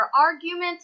argument